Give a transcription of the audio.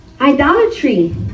Idolatry